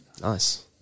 Nice